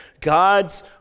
God's